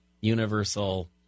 Universal